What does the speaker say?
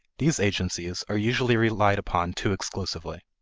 these agencies are usually relied upon too exclusively.